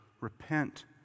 Repent